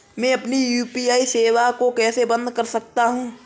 मैं अपनी यू.पी.आई सेवा को कैसे बंद कर सकता हूँ?